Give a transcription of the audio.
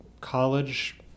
college